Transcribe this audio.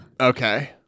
Okay